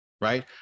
right